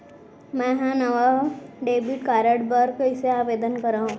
मै हा नवा डेबिट कार्ड बर कईसे आवेदन करव?